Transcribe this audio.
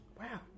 Wow